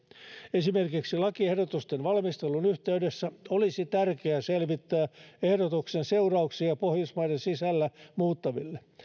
esimerkiksi lakiehdotusten valmistelun yhteydessä olisi tärkeä selvittää ehdotuksen seurauksia pohjoismaiden sisällä muuttaville